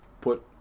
put